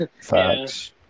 Facts